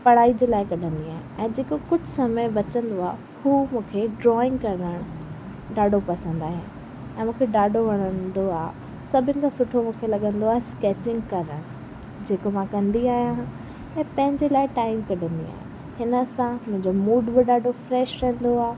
पढ़ाई जे लाइ कढंदी आहियां ऐं जेको कुझु समय बचंदो आहे हू मूंखे ड्रॉइंग करणु ॾाढो पसंदि आहे ऐं मूंखे ॾाढो वणंदो आहे सभिनि खां सुठो मूंखे लॻंदो आहे स्कैचिंग करणु जेको मां कंदी आहियां ऐं पंहिंजे लाइ टाइम कढंदी आहियां हिन सां मुंहिंजो मूड बि ॾाढो फ़्रेश रहंदो आहे